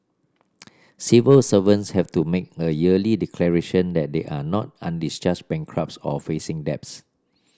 civil servants have to make a yearly declaration that they are not undischarged bankrupts or facing debts